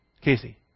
Casey